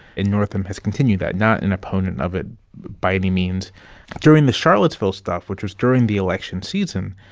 and northam has continued that, not an opponent of it by any means during the charlottesville stuff, which was during the election season,